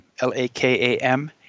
L-A-K-A-M